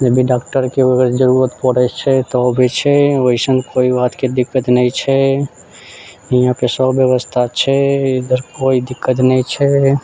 जब भी डॉक्टरके अगर जरूरत पड़ै छै तऽ ओ अबै छै वैसन कोइ बातके दिक्कत नहि छै हियाँपर सब व्यवस्था छै इधर कोइ दिक्कत नहि छै